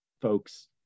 folks